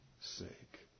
sake